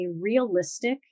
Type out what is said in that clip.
realistic